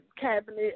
cabinet